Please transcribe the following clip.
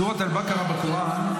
סורת אל-בקרה בקוראן,